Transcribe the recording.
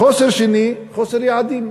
חוסר שני, חוסר יעדים.